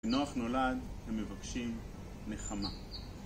מנוח נולד ומבקשים נחמה